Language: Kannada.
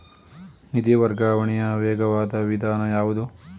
ನಿಧಿ ವರ್ಗಾವಣೆಯ ವೇಗವಾದ ವಿಧಾನ ಯಾವುದು?